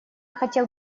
хотел